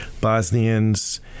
Bosnians